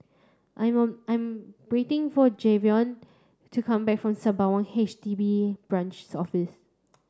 I I'm waiting for Jayvon to come back from Sembawang H D B Branches Office